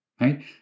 right